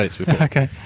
Okay